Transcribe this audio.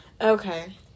Okay